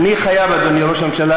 אני חייב, אדוני ראש הממשלה.